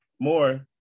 more